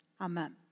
Amen